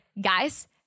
Guys